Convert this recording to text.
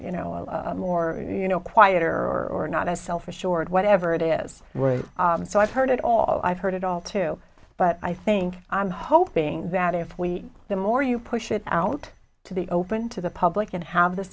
you know more you know quieter or not as selfish or whatever it is we're so i've heard it all i've heard it all too but i think i'm hoping that if we the more you push it out to be open to the public and have th